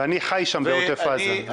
הייתי כאן במאי, ואני חי שם בעוטף עזה.